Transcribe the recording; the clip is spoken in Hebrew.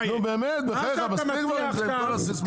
באמת, בחייך, מספיק כבר עם הסיסמאות האלה.